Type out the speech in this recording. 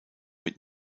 mit